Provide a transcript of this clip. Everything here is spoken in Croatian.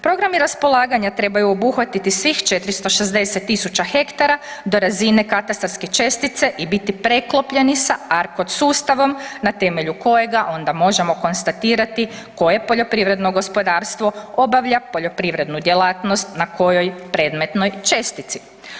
Programi raspolaganja trebaju obuhvatiti svih 460.000 hektara do razine katastarske čestice i biti preklopljeni sa ARKOD sustavom na temelju kojega onda možemo konstatirati koje poljoprivredno gospodarstvo obavlja poljoprivrednu djelatnost na kojoj predmetnoj čestiti.